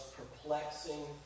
perplexing